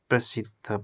प्रसिद्ध